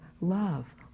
love